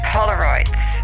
Polaroids